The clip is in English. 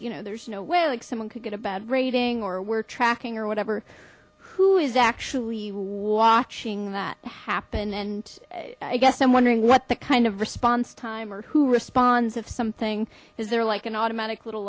you know there's no way like someone could get a bad rating or we're tracking or whatever who is actually watching that happen and i guess i'm wondering what the kind of response time or who responds if something is there like an automatic little